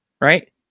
Right